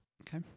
Okay